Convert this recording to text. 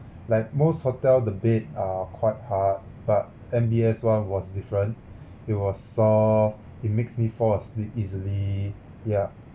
like most hotel the bed are quite hard but M_B_S [one] was different it was soft it makes me fall asleep easily yeah